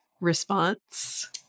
response